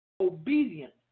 obedient